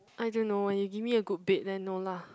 I don't know you give me a good bed then no lah